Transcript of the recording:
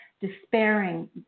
despairing